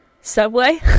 subway